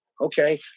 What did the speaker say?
Okay